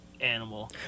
animal